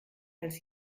als